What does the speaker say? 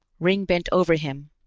ringg bent over him.